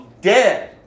dead